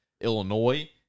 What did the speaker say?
Illinois